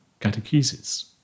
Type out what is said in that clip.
catechesis